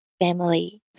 family